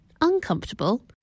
uncomfortable